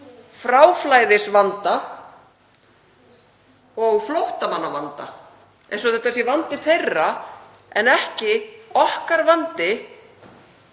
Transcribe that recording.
fráflæðisvanda og flóttamannavanda, eins og þetta sé vandi þeirra en ekki okkar þar